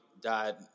died